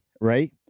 right